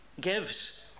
gives